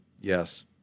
Yes